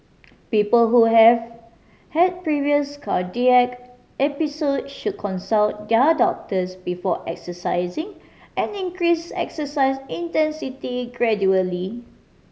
people who have had previous cardiac episode should consult their doctors before exercising and increase exercise intensity gradually